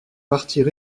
partir